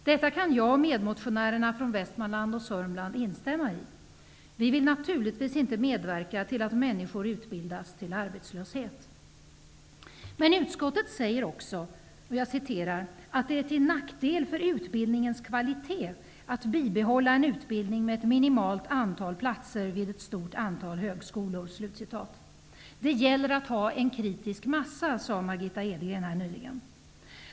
Detta kan jag och medmotionärerna från Västmanland och Sörmland instämma i. Vi vill naturligtvis inte medverka till att människor utbildas till arbetslöshet. Men utskottet säger också: ''Att det är till nackdel för utbildningens kvalitet att bibehålla en utbildning med ett minimalt antal platser vid ett stort antal högskolor.'' Det gäller att ha en kritisk massa, sade Margitta Edgren nyss.